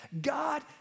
God